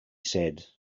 said